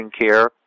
care